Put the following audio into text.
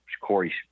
Corey